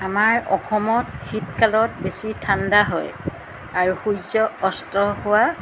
আমাৰ অসমত শীতকালত বেছি ঠাণ্ডা হয় আৰু সূৰ্য অস্ত হোৱা